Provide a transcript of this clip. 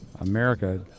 America